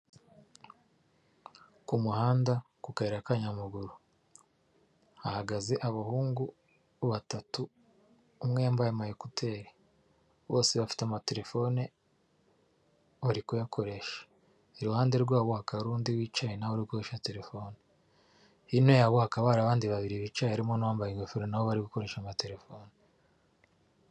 Ku muhanda ku kayira k'abanyamaguru hahagaze abahungu batatu, umwe yambaye ama ekuteri bose bafite amatelefone bari kuyakoresha, iruhande rwabo hakaba hari undi wicaye nawe uri gukoresha telefone, hino yabo hakaba hari abandi babiri bicaye harimo n'uwambaye ingofero nabo bari gukoresha amatelefone.